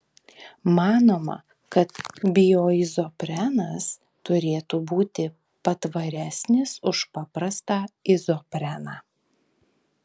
manoma kad bioizoprenas turėtų būti patvaresnis už paprastą izopreną